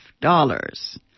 dollars